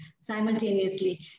simultaneously